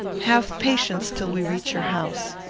have patience till we reach your house.